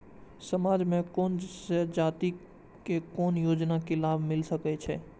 समाज में कोन सा जाति के कोन योजना के लाभ मिल सके छै?